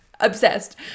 obsessed